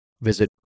visit